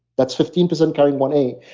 that's fifteen percent carrying one a,